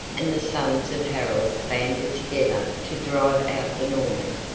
and the sons of harold banded together to drive out the norman.